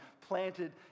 planted